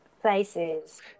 places